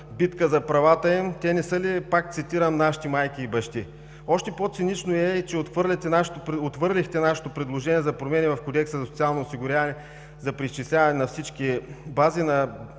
„битка за правата им“? Те не са ли, пак цитирам: „нашите майки и бащи“? Още по-цинично е и, че отхвърлихте нашето предложение за промени в Кодекса за социално осигуряване за преизчисляване на всички пенсии на